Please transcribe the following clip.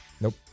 Nope